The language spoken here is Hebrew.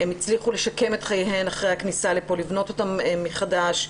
הן הצליחו לשקם את חייהן לאחר הכניסה לכאן ולבנות אותם מחדש.